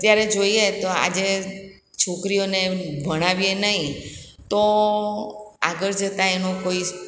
અત્યારે જોઈએ તો આજે છોકરીઓને ભણાવીએ નહીં તો આગળ જતાં એનો કોઈ